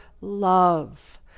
love